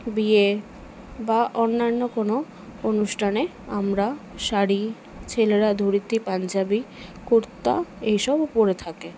বিয়ে বা অন্যান্য কোনো অনুষ্ঠানে আমরা শাড়ি ছেলেরা ধুতি পাঞ্জাবি কুর্তা এইসবও পরে থাকে